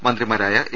മന്ത്രിമാരായ എ